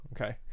Okay